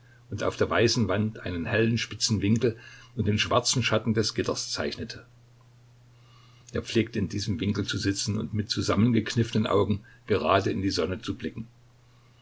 und auf der weißen wand einen hellen spitzen winkel und den schwarzen schatten des gitters zeichnete er pflegte in diesem winkel zu sitzen und mit zusammengekniffenen augen gerade in die sonne zu blicken